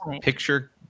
picture